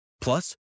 Plus